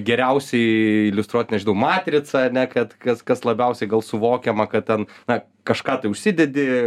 geriausiai iliustruot nežinau matrica ar ne kad kas kas labiausiai gal suvokiama kad ten na kažką tai užsidedi